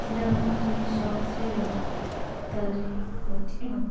ᱛᱤᱱᱟᱹᱜᱽ ᱨᱚᱠᱚᱢ ᱡᱤᱱᱤᱥ ᱥᱚᱦᱚᱡ ᱛᱮ ᱵᱮᱱᱟᱜᱼᱟ ᱛᱷᱟᱹᱨᱤ